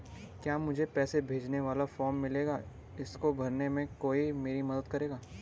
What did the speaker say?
क्या मुझे पैसे भेजने वाला फॉर्म मिलेगा इसको भरने में कोई मेरी मदद करेगा?